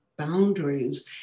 boundaries